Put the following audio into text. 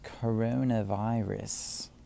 coronavirus